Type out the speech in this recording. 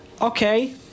Okay